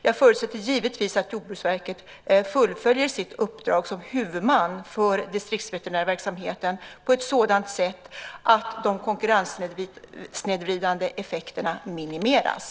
Jag förutsätter givetvis att Jordbruksverket fullföljer sitt uppdrag som huvudman för distriktsveterinärsverksamheten på ett sådant sätt att de konkurrenssnedvridande effekterna minimeras.